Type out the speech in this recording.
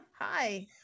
hi